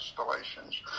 installations